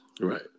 right